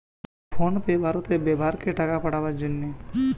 phone pay ভারতে ব্যাভার করে টাকা পাঠাবার জন্যে